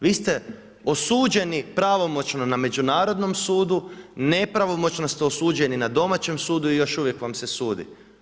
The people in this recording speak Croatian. Vi ste osuđeni pravomoćno na međunarodnom sudu, nepravomoćno ste osudili na domaćem sudu i još uvijek vam se sudi.